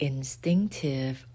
Instinctive